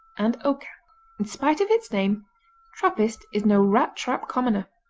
and oka in spite of its name trappist is no rat-trap commoner.